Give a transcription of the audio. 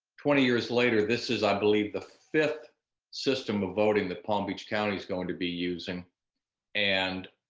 twenty years later this is, i believe, the fifth system of voting that palm beach county's going to be using and